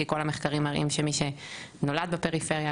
כי כל המחקרים מראים שמי שנולד בפריפריה,